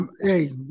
Hey